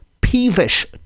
peevish